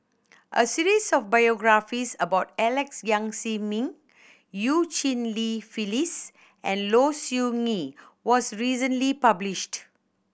a series of biographies about Alex Yam Ziming Eu Cheng Li Phyllis and Low Siew Nghee was recently published